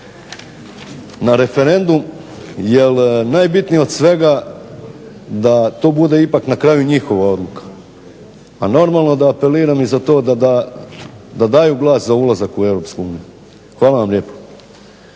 na referendum jer najbitnije od svega da to bude ipak na kraju njihova odluka, normalno da apeliram za to da daju glas za ulazak u Europsku uniju. Hvala vam lijepo.